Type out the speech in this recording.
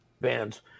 bands